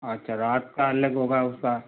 अच्छा रात का अलग होगा उसका